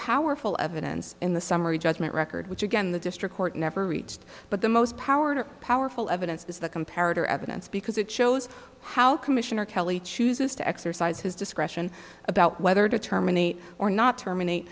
powerful evidence in the summary judgment record which again the district court never reached but the most power powerful evidence is the comparative evidence because it shows how commissioner kelly chooses to exercise his discretion about whether to terminate or not terminate